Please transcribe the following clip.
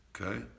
Okay